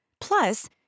Plus